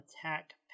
attack